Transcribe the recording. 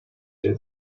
day